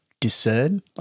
discern